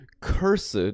Cursed